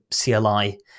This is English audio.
CLI